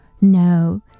no